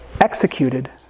executed